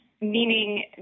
meaning